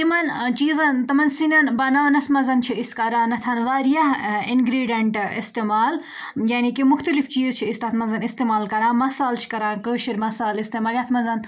تِمَن چیٖزَن تمَن سِنٮ۪ن بَناونَس منٛز چھِ أسۍ کَران نَتھَن واریاہ اِنگرٛیٖڈیَنٹ اِستعمال یعنی کہِ مُختلِف چیٖز چھِ أسۍ تَتھ منٛز اِستعمال کَران مصالہٕ چھِ کَران کٲشِر مصالہٕ اِستعمال یَتھ منٛز